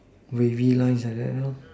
wavy line like that